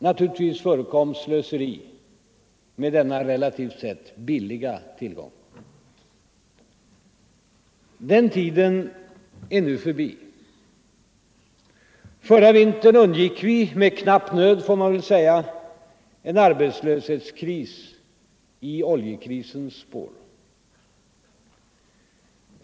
Naturligtvis förekom slöseri med denna, relativt sett, billiga 0 RN Allmänpolitisk Den tiden är nu förbi. Förra vintern undgick vi, med knapp nöd får debatt man väl säga, en arbetslöshetskris i oljekrisens spår.